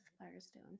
Firestone